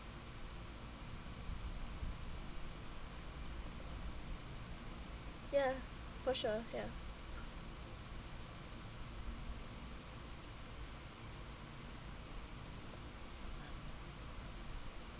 ya for sure ya